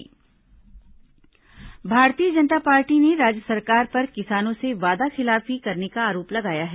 भाजपा बयान भारतीय जनता पार्टी ने राज्य सरकार पर किसानों से वादाखिलाफी करने का आरोप लगाया है